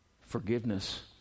forgiveness